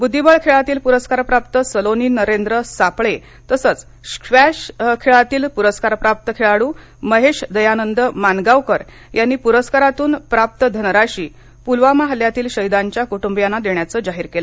बुद्दीबळ खेळातील प्रस्कार प्राप्त सलोनी नरेंद्र सापळे तसंच स्क्वॅश खेळातील प्रस्कार प्राप्त खेळाडू महेश दयानंद मानगांवकर यांनी पुरस्कारातून प्राप्त धनराशी पुलवामा हल्ल्यातील शहीदांच्या कुटुंबियांना देण्याचे जाहीर केले